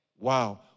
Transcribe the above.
Wow